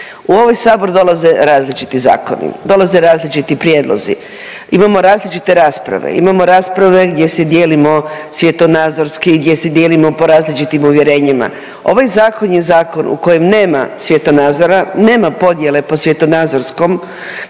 U ovaj sabor dolaze različiti zakoni, dolaze različiti prijedlozi, imamo različite rasprave, imamo rasprave gdje se dijelimo svjetonazorski, gdje se dijelimo po različitim uvjerenjima. Ovaj zakon je zakon u kojem nema svjetonazora, nema podjele po svjetonazorskom